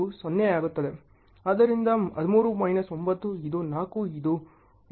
ಆದ್ದರಿಂದ 13 ಮೈನಸ್ 9 ಇದು 4 ಇದು 24 ಸರಿ